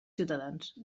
ciutadans